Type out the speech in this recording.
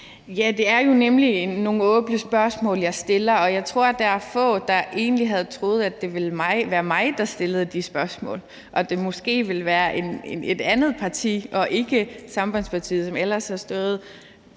Ja, det er jo nemlig nogle åbne spørgsmål, jeg stiller, og jeg tror egentlig, der er få, der havde troet, at det ville være mig, der stillede de spørgsmål, og at det måske ville være et andet parti og ikke Sambandspartiet, som ellers har stået